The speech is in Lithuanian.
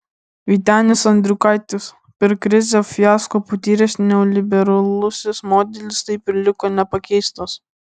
vytenis andriukaitis per krizę fiasko patyręs neoliberalusis modelis taip ir liko nepakeistas